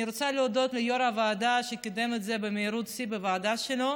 אני רוצה להודות ליו"ר הוועדה שקידם את זה במהירות שיא בוועדה שלו,